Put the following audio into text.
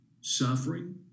suffering